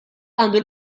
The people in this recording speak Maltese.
għandu